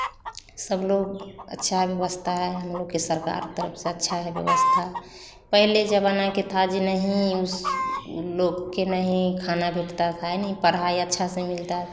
सब लोग अच्छा व्यवस्था है हम लोग के सरकार तरफ़ से अच्छा है व्यवस्था पहले ज़माने के था आज नहीं उस लोग के नहीं खाना रोकता हैं नहीं पढ़ाई अच्छा सा मिलता